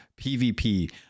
PVP